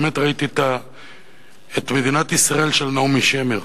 באמת ראיתי את מדינת ישראל של נעמי שמר.